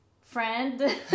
friend